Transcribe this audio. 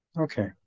Okay